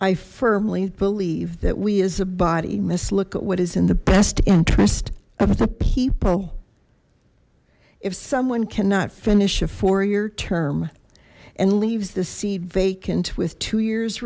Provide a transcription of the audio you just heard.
i firmly believe that we as a body must look at what is in the best interest of the people if someone cannot finish a four year term and leaves the seed vacant with two years